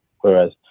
Whereas